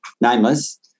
nameless